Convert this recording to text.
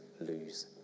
lose